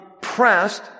pressed